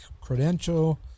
credential